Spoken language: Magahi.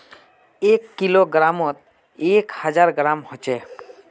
एक किलोग्रमोत एक हजार ग्राम होचे